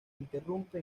interrumpe